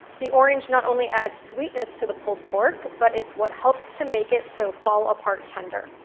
the orange not only adds sweetness to the pulled pork, but it's what helps to make it so fall apart tender.